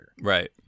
right